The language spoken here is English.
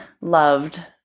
loved